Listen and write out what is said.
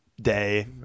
Day